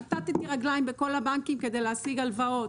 כיתתי רגליים בכל הבנקים כדי להשיג הלוואות,